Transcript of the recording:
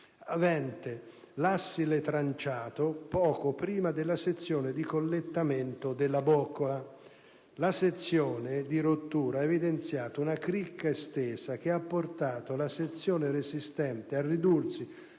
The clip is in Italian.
avente l'assile tranciato poco prima della sezione di calettamento della boccola. La sezione di rottura ha evidenziato una cricca estesa che ha portato la sezione resistente a ridursi